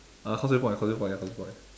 uh causeway point causeway point ya causeway point